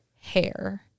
hair